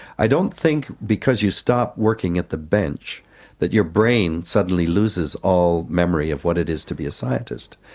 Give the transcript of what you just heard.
i don't think because you stop working at the bench that your brain suddenly loses all memory of what it is to be a scientist.